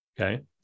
Okay